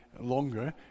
longer